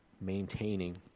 maintaining